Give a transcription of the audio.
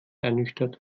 ernüchtert